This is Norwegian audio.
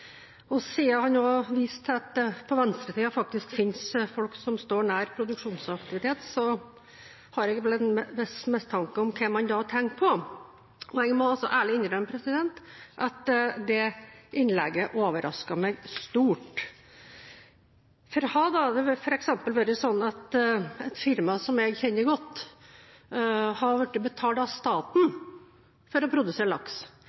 velferdsproduksjon. Siden han også viste til at det på venstresiden faktisk finnes folk som står nær produksjonsaktivitet, har jeg vel en viss mistanke om hvem han da tenkte på. Jeg må ærlig innrømme at det innlegget overrasket meg stort. Hadde det da f.eks. vært slik at et firma som jeg kjenner godt, var blitt betalt av staten for å produsere laks,